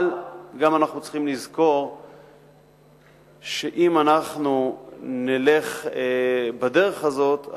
אבל גם אנחנו צריכים לזכור שאם אנחנו נלך בדרך הזאת,